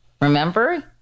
Remember